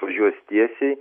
važiuos tiesiai